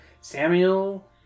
Samuel